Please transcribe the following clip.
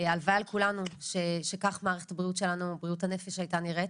הלוואי על כולנו שכך מערכת בריאות הנפש שלנו הייתה נראית.